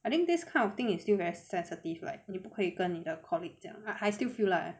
I think this kind of thing is still very sensitive like 你不可以跟你的 colleague 讲 I still feel lah